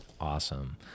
Awesome